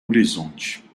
horizonte